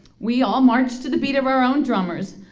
we all march to the beat of our own drummers,